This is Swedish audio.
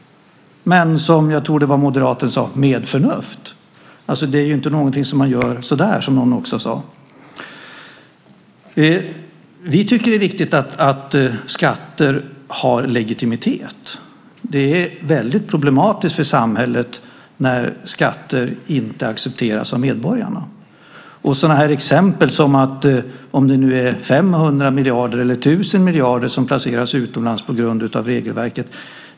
Men det ska ske, som jag tror att det var moderaten som sade, med förnuft. Det är inte något som man gör bara så där, som också någon sade. Vi tycker att det är viktigt att skatter har legitimitet. Det är väldigt problematiskt för samhället när skatter inte accepteras av medborgarna. Det togs upp sådana exempel, om det nu är 500 miljarder eller 1 000 miljarder som placeras utomlands på grund av regelverket.